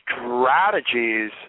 strategies